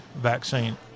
vaccine